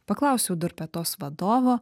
paklausiau durpetos vadovo